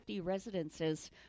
residences